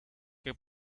que